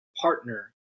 partner